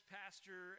pastor